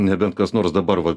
nebent kas nors dabar va